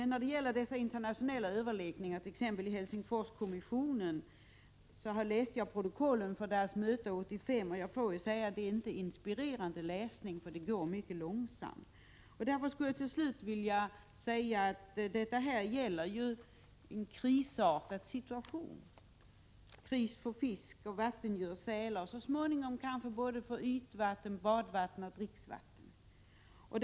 När det gäller internationella överläggningar läste jag t.ex. protokollet för Helsingforskommissionens möte 1985, och jag får säga att det inte är någon inspirerande läsning, för arbetet går mycket långsamt. Därför vill jag slutligen framhålla att detta ju gäller en krisartad situation. Det är kris för fisk och vattendjur, t.ex. sälar. Så småningom kanske ytvatten, badvatten och dricksvatten drabbas.